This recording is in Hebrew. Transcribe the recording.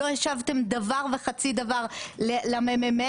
לא השבתם דבר וחצי דבר למ.מ.מ.